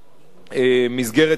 מסגרת התקציב,